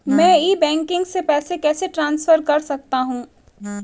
मैं e banking से पैसे कैसे ट्रांसफर कर सकता हूं?